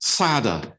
sadder